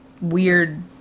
weird